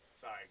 Sorry